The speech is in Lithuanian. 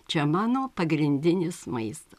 čia mano pagrindinis maista